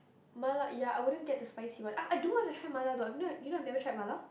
Mala ya I wouldn't get the spicy one ah I do want try Mala though I've never you know I've never never try Mala